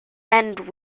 end